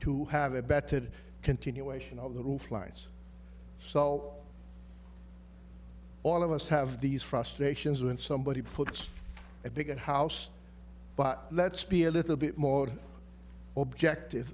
to have a better continuation of the roof lines so all of us have these frustrations when somebody puts a big house but let's be a little bit more objective